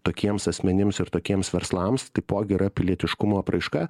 tokiems asmenims ir tokiems verslams taipogi yra pilietiškumo apraiška